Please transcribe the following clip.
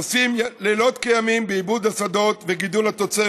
עושים לילות כימים בעיבוד השדות ובגידול תוצרת